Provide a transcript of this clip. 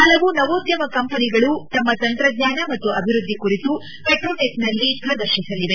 ಹಲವು ನವೋದ್ಗಮ ಕಂಪನಿಗಳು ತಮ್ಮ ತಂತ್ರಜ್ವಾನ ಮತ್ತು ಅಭಿವೃದ್ದಿ ಕುರಿತು ಪೆಟ್ರೋಟೆಕ್ ನಲ್ಲಿ ಪ್ರದರ್ತಿಸಲಿದ್ದಾರೆ